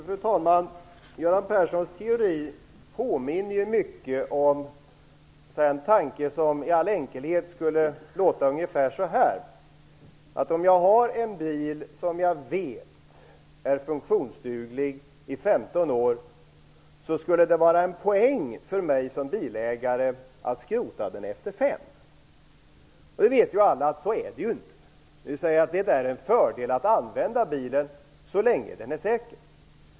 Fru talman! Göran Perssons teori påminner mycket om den tanke som i all enkelhet skulle låta ungefär så här: Om jag har en bil som jag vet är funktionsduglig i 15 år skulle det vara en poäng för mig som bilägare att skrota den efter 5 år. Alla vet att det inte är så. Det är en fördel att använda bilen så länge den är säker.